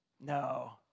No